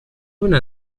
una